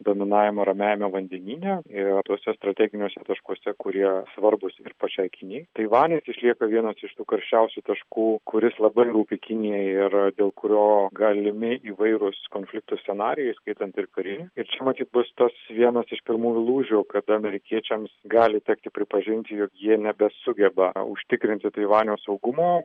dominavimą ramiajame vandenyne ir tuose strateginiuose taškuose kurie svarbūs ir pačiai kinijai taivanis išlieka vienas iš tų karščiausių taškų kuris labai rūpi kinijai ir dėl kurio galimi įvairūs konfliktų scenarijai įskaitant ir kariniai ir čia matyt bus tas vienas iš pirmųjų lūžių kada amerikiečiams gali tekti pripažinti jog jie nebesugeba užtikrinti taivanio saugumo